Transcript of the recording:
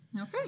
Okay